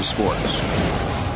Sports